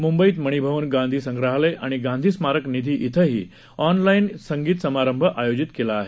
मुंबईत मणिभवन गांधी संग्रहालय आणि गांधी स्मारक निधि इथंही ऑनलाईन संगीत समारंभ आयोजित केला आहे